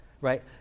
right